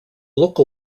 local